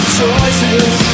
choices